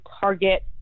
target